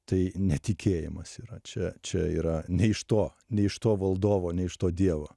tai ne tikėjimas yra čia čia yra ne iš to ne iš to valdovo ne iš to dievo